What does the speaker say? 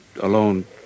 alone